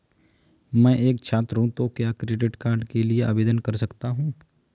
मैं एक छात्र हूँ तो क्या क्रेडिट कार्ड के लिए आवेदन कर सकता हूँ?